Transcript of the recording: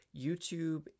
YouTube